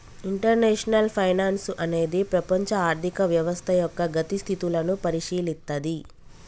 international finance అనేది ప్రపంచ ఆర్థిక వ్యవస్థ యొక్క గతి స్థితులను పరిశీలిత్తది